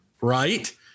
right